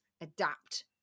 adapt